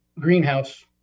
greenhouse